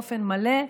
באופן מלא,